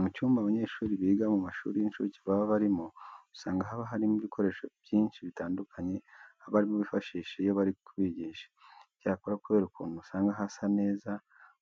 Mu cyumba abanyeshuri biga mu mashuri y'incuke baba barimo, usanga haba harimo ibikoresho byinshi bitandukanye abarimu bifashisha iyo bari kubigisha. Icyakora kubera ukuntu usanga haba hasa neza